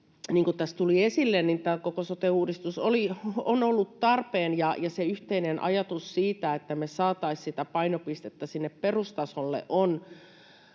kuin tässä tuli esille, tämä koko sote-uudistus on ollut tarpeen, ja se yhteinen ajatus siitä, että me saataisiin sitä painopistettä sinne perustasolle, on